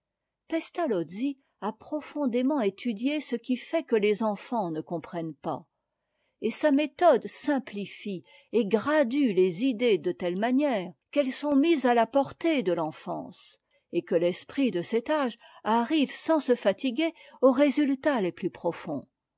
pestalozzi a profondément étudié ce qui fait que les enfants ne comprennent pas et sa méthode simplilie et gradue les idées de telle manière qu'elles sont mises à ta portée de l'enfance et que l'esprit de cet âge arrive sans se fatiguer aux résultats les plus profonds